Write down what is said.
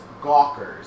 gawkers